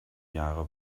jahre